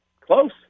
close